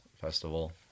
festival